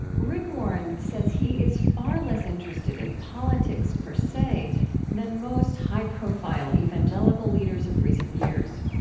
rick warren says he is far less interested in politics per se than most high-profile evangelical leaders of recent years.